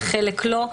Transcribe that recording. ואת חלקן לא.